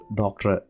doctor